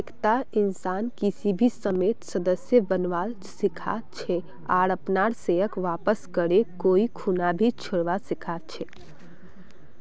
एकता इंसान किसी भी समयेत सदस्य बनवा सीखा छे आर अपनार शेयरक वापस करे कोई खूना भी छोरवा सीखा छै